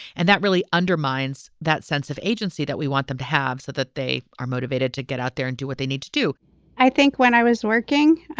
and that really undermines that sense of agency that we want them to have so that they are motivated to get out there and do what they need to do i think when i was working,